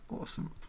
Awesome